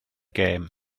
gêm